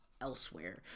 elsewhere